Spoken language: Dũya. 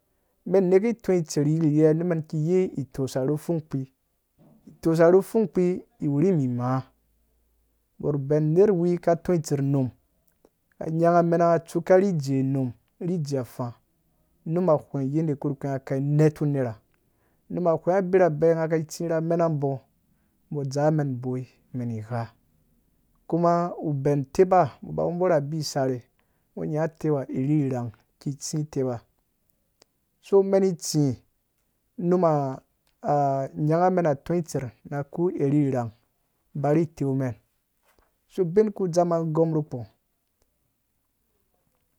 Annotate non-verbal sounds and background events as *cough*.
Mɛn neke itɔ isterh yihiye nu mɛn ki yei itosa nu pfung lapi, itosa nu pfung kpi i wurimi ma bor ben unerhwi ka tɔ itserh num ka nyanga amɛnanga tsuku ka ni ijee num ri ijee afãã num ahweng yede kpurikpi nga ka inedu unerha, nuim ahwan ngha abirabe ngha ka itsy rham mena mbɔ. mbɔ zaa mɛn boi men igha kuma ubɛn uteba mboi ba wumbo rha bi isarhe ngu nyã uteu ha irhrang ki tsi teu ha so man itsi inum *hesitation* anyango men atɔ itserh na kũ irhinrang ba ni teu mɛn so bĩn ku dzaam angɔm ku kpɔa